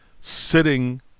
sitting